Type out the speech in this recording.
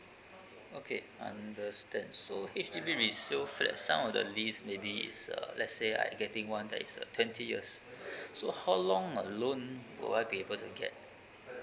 okay understand so H_D_B resale flat some of the lease maybe is uh let's say I getting one that is a twenty years so how long a loan will I be able to get